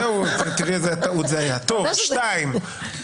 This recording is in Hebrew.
לזה התכוונו כשאמרנו שאנחנו רוצים רפורמה: